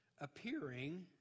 appearing